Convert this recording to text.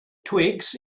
twigs